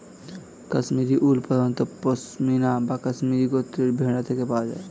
Kashmiri wool প্রধানত পশমিনা বা কাশ্মীরি গোত্রের ভেড়া থেকে পাওয়া যায়